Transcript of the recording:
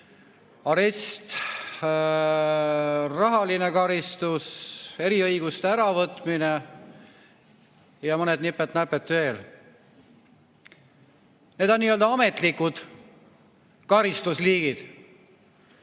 arest, rahaline karistus, eriõiguste äravõtmine ja nipet-näpet veel. Need on ametlikud karistusliigid.